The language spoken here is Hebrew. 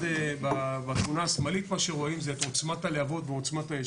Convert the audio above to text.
בתמונה השמאלית רואים את עוצמת הלהבות ועוצמת האש.